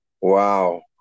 Wow